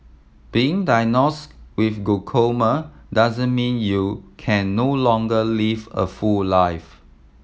being diagnosed with glaucoma doesn't mean you can no longer live a full life